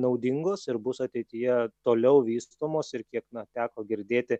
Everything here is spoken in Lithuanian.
naudingos ir bus ateityje toliau vystomos ir kiek na teko girdėti